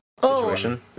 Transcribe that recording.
situation